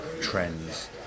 trends